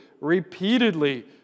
repeatedly